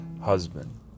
Husband